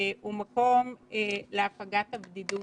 הוא מקום להפגת הבדידות